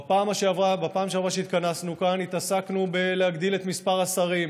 בפעם שעברה שהתכנסנו כאן התעסקנו בלהגדיל את מספר השרים,